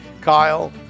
Kyle